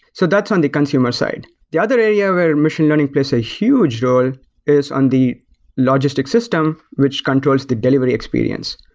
so that's on the consumer side. the other area where machine learning plays a huge role is on the logistic system, which controls the delivery experience,